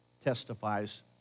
testifies